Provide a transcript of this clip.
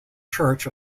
church